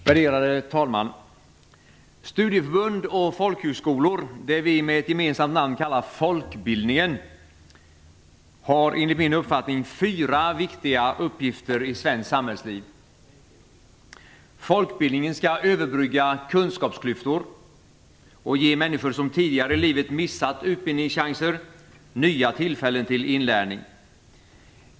Värderade talman! Studieförbund och folkhögskolor - det som vi med ett gemensamt namn kallar folkbildningen - har enligt min uppfattning fyra viktiga uppgifter i svenskt samhällsliv. Folkbildningen skall överbrygga kunskapsklyftor och ge människor som tidigare i livet missat utbildningschanser nya tillfällen till inlärning.